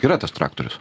yra tas traktorius